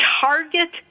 target